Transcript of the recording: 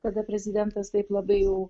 kada prezidentas taip labai jau